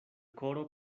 koro